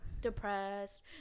depressed